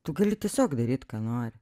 tu gali tiesiog daryt ką nori